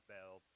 Bell